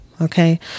Okay